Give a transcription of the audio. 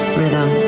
rhythm